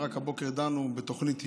רק הבוקר דנו בתוכנית היל"ה,